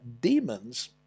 demons